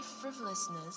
frivolousness